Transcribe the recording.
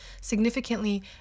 Significantly